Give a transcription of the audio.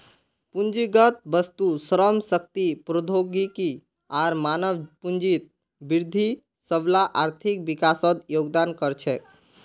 पूंजीगत वस्तु, श्रम शक्ति, प्रौद्योगिकी आर मानव पूंजीत वृद्धि सबला आर्थिक विकासत योगदान कर छेक